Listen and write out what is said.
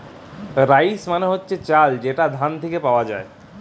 rice মানে হচ্ছে চাল যেটা ধান থিকে পাওয়া যায়